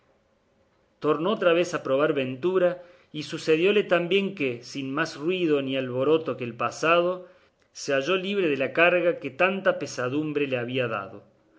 tornó otra vez a probar ventura y sucedióle tan bien que sin más ruido ni alboroto que el pasado se halló libre de la carga que tanta pesadumbre le había dado